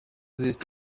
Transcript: this